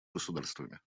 государствами